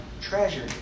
treasure